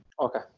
Okay